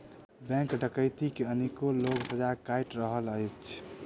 bank डकैती मे अनेको लोक सजा काटि रहल अछि